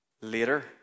later